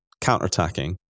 counterattacking